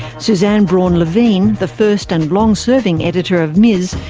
suzanne braun levine, the first and long-serving editor of ms,